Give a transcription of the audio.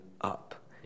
up